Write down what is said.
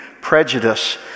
prejudice